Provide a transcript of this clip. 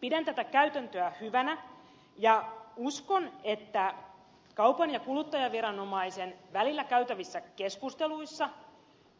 pidän tätä käytäntöä hyvänä ja uskon että kaupan ja kuluttajaviranomaisen välillä käytävissä keskusteluissa